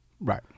right